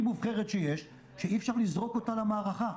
מובחרת שיש שאי-אפשר לזרוק אותה למערכה.